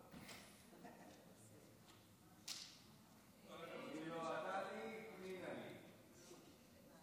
בראשית דבריי אני רוצה לציין את